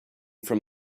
from